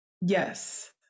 Yes